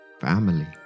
family